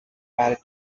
parity